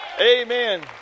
Amen